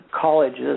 colleges